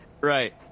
Right